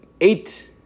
eight